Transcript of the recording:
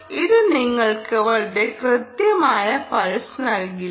ഇത് നിങ്ങൾക്ക് വളരെ കൃത്യമായ പൾസ് നൽകല്ല